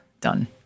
done